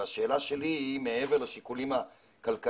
השאלה שלי היא האם מעבר לשיקולים הכלכליים,